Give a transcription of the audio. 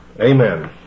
amen